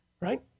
Right